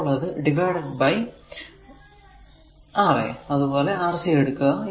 അപ്പോൾ അത് divided by r a അതുപോലെ Rc എടുക്കുക